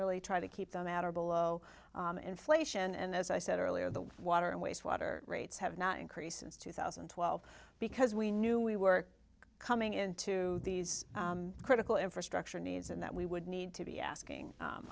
really try to keep the matter below inflation and as i said earlier the water and wastewater rates have not increased since two thousand and twelve because we knew we were coming into these critical infrastructure needs and that we would need to be asking